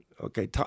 okay